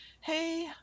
hey